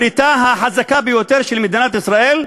בעלת בריתה החזקה ביותר של מדינת ישראל,